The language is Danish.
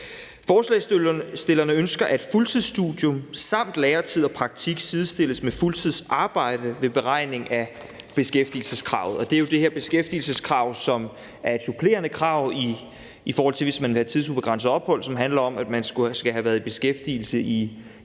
Forslagsstillerne ønsker, at fuldtidsstudium, læretid og praktik sidestilles med fuldtidsarbejde ved beregning af beskæftigelseskravet. Det er jo det her beskæftigelseskrav, som er et supplerende krav, i forhold til hvis man vil have tidsubegrænset ophold, som handler om, at man skal have været i beskæftigelse i 4 år